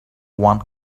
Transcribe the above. one